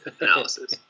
Analysis